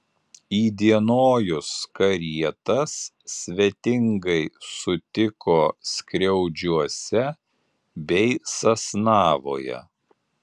įdienojus karietas svetingai sutiko skriaudžiuose bei sasnavoje